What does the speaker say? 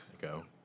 Go